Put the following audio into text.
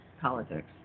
politics